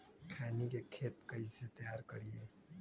खैनी के खेत कइसे तैयार करिए?